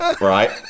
right